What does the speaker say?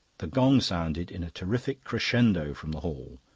the gong sounded in a terrific crescendo from the hall.